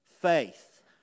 faith